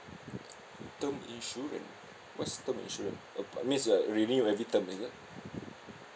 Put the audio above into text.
term insurance what's term insurance uh means like renew every term is it